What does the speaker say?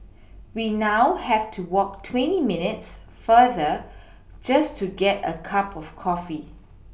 we now have to walk twenty minutes farther just to get a cup of coffee